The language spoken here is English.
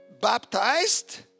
Baptized